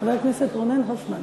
חבר הכנסת רונן הופמן.